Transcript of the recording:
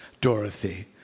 Dorothy